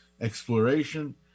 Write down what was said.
exploration